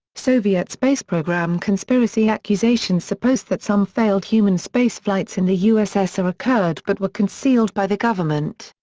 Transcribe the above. soviet space program conspiracy accusations suppose that some failed human spaceflights in the ussr occurred but were concealed by the government.